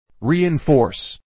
Reinforce